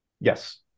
Yes